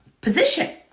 position